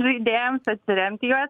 žaidėjams atsiremt į juos